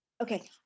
Okay